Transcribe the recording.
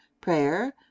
prayer